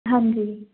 ਹਾਂਜੀ